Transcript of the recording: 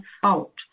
fault